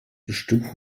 bestimmt